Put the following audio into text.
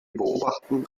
beobachten